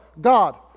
God